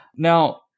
Now